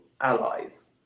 allies